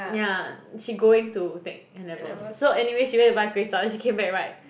yeah she going to take N-levels so anyway she went to buy Kway-Chap then she came back right